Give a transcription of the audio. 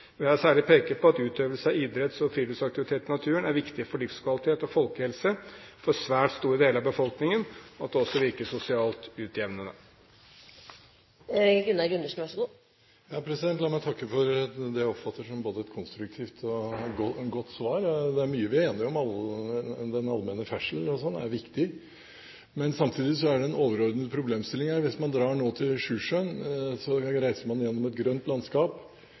særlig peke på at utøvelse av idretts- og friluftsaktiviteter i naturen er viktig for livskvalitet og folkehelse for svært store deler av befolkningen, og at det også virker sosialt utjevnende. La meg takke for det jeg oppfatter som et både konstruktivt og godt svar. Det er mye vi er enige om – den allmenne ferdselen er viktig. Samtidig er det en overordnet problemstilling her. Hvis man nå drar til Sjusjøen, reiser man gjennom et grønt landskap,